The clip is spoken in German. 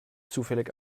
zufällig